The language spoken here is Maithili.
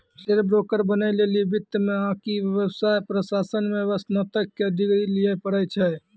शेयर ब्रोकर बनै लेली वित्त मे आकि व्यवसाय प्रशासन मे स्नातक के डिग्री लिये पड़ै छै